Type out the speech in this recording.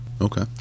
Okay